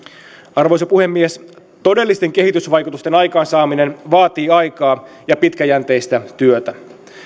arvoisa puhemies todellisten kehitysvaikutusten aikaansaaminen vaatii aikaa ja pitkäjänteistä työtä